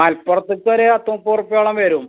മലപ്പുർത്തെയ്ക്കൊരു പത്ത് നുപ്പത് റുപ്പ്യോളം വരും